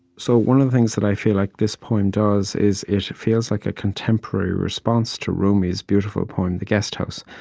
so one of the things that i feel like this poem does is, it it feels like a contemporary response to rumi's beautiful poem the guest house.